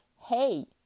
hey